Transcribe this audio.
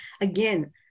Again